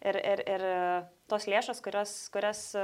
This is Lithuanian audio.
ir ir ir tos lėšos kurios kurias